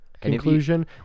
conclusion